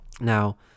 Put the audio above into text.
Now